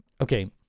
Okay